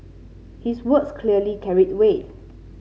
his words clearly carried weight